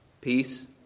peace